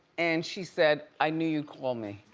and she said, i knew you'd call me.